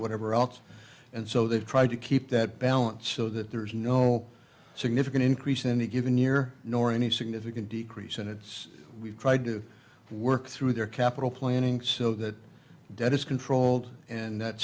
whatever else and so they try to keep that balance so that there is no significant increase in any given year nor any significant decrease and it's we've tried to work through their capital planning so that debt is controlled and that